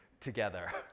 together